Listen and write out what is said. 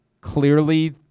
Clearly